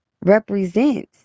represents